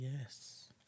yes